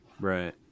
Right